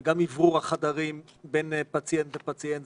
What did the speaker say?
גם אוורור החדרים בין פציינט לפציינט.